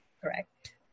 correct